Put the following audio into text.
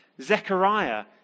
Zechariah